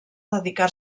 dedicar